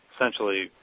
essentially